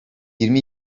yirmi